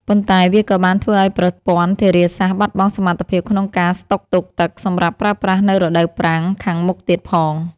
ប៉ុន្តែវាក៏បានធ្វើឱ្យប្រព័ន្ធធារាសាស្ត្របាត់បង់សមត្ថភាពក្នុងការស្តុកទុកទឹកសម្រាប់ប្រើប្រាស់នៅរដូវប្រាំងខាងមុខទៀតផង។